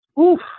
oof